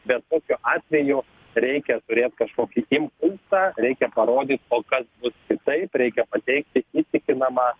bet kokiu atveju reikia turėt kažkokį impulsą reikia parodyt o kas bus kitaip reikia pateikti įtikinamą